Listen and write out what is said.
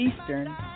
Eastern